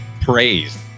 praised